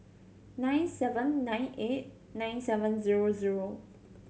nine seven nine eight nine seven zero zero